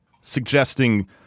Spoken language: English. suggesting